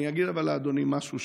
אני אגיד לאדוני משהו,